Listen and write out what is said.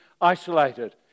isolated